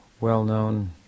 well-known